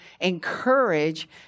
encourage